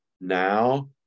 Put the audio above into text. now